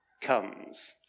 comes